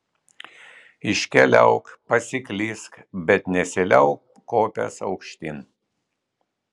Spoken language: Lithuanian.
iškeliauk pasiklysk bet nesiliauk kopęs aukštyn